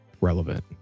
relevant